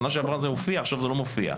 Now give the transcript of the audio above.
שנה שעברה זה הופיע ועכשיו זה לא מופיע".